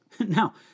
Now